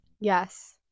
Yes